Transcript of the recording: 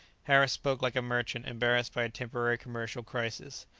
harris spoke like a merchant embarrassed by temporary commercial crisis.